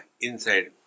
inside